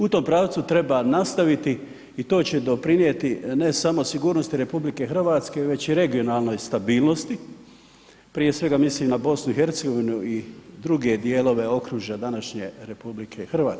U tom pravcu treba nastaviti i to će doprinijeti sigurnosti RH već i regionalnoj stabilnosti, prije svega mislim na BiH druge dijelove okružja današnje RH.